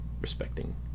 respecting